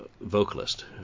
vocalist